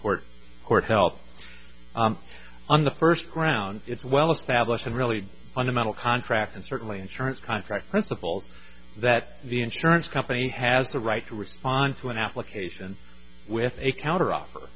court court held on the first ground it's well established and really fundamental contract and certainly insurance contract principles that the insurance company has the right to respond to an application with a counter